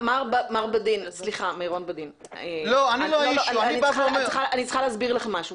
מר בדין, אני צריכה להסביר לך משהו.